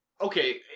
okay